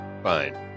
Fine